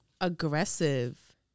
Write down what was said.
aggressive